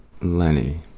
Lenny